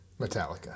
Metallica